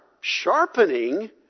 sharpening